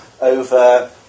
over